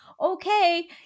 okay